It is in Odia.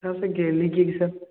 ସାର୍ ସେ ଗେଲ୍ହି କିଏ କି ସାର୍